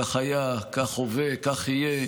כך היה, כך הווה וכך יהיה.